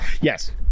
Yes